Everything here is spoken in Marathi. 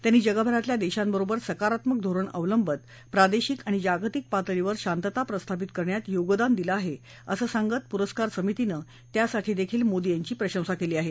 त्यांनी जगभरातल्या देशांबरोबर सकारात्मक धोरण अवलंबत प्रादेशिक आणि जागतिक पातळीवर शांतता प्रस्थापित करण्यात योगदान दिलं आहे असं सांगत पुरस्कार समितीनं त्यासाठीही मोदी यांची प्रशंसा केली आहे